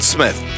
Smith